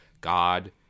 God